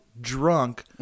drunk